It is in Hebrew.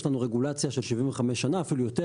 יש לנו רגולציה של 75 שנה, אפילו יותר.